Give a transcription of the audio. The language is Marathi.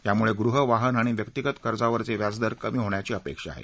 त्यामुळे गृह वाहन आणि व्यक्तीगत कर्जावरचे व्याजदर कमी होण्याची अपेक्षा आहे